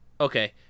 okay